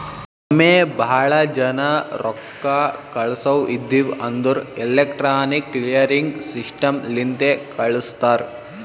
ಒಮ್ಮೆ ಭಾಳ ಜನಾ ರೊಕ್ಕಾ ಕಳ್ಸವ್ ಇದ್ಧಿವ್ ಅಂದುರ್ ಎಲೆಕ್ಟ್ರಾನಿಕ್ ಕ್ಲಿಯರಿಂಗ್ ಸಿಸ್ಟಮ್ ಲಿಂತೆ ಕಳುಸ್ತಾರ್